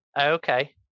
okay